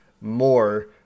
more